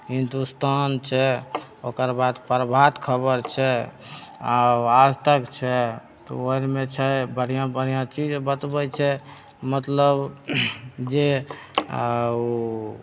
हिंदुस्तान छै ओकर बाद प्रभात खबर छै आ आजतक छै तऽ ओ आरमे छै बढ़िआँ बढ़िआँ चीज बतबैत छै मतलब जे आ ओ